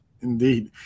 Indeed